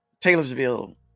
Taylorsville